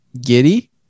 giddy